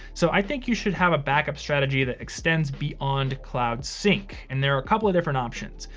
so i think you should have a backup strategy that extends beyond cloud sync. and there are a couple of different options.